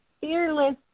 Fearless